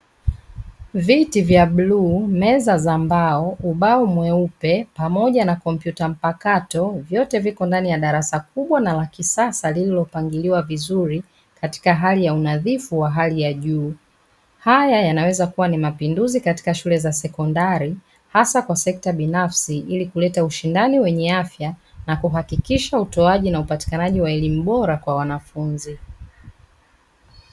Viti vya bluu, meza za mbao, ubao mweupe ,pamoja na kompyuta mpakato. Vyote viko ndani ya darasa kubwa na la kisasa ,lililopangiliwa vizuri katika hali ya unadhifu wa hali ya juu .Haya yanaweza kuwa ni mapinduzi katika shule za sekondari hasa kwa sekta binafsi ili kuleta ushindani wenye afya na kuhakikisha utowaji na upatikanaji wa elimu bora kwa wanafunzi.